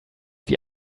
wie